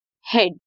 head